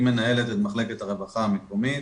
היא מנהלת את מחלקת הרווחה המקומית,